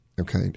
Okay